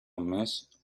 mince